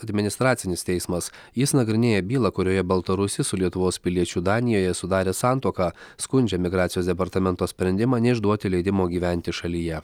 administracinis teismas jis nagrinėja bylą kurioje baltarusis su lietuvos piliečiu danijoje sudarė santuoką skundžia migracijos departamento sprendimą neišduoti leidimo gyventi šalyje